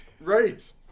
Right